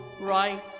right